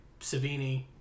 Savini